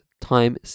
time